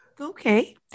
okay